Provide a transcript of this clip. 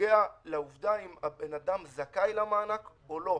שנוגע לעובדה האם האדם זכאי למענק או לא,